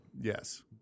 Yes